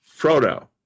Frodo